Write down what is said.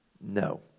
No